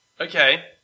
Okay